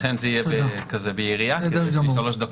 לכן זה יהיה בירייה כי יש לי שלוש דקות.